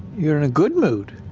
you're in a good mood?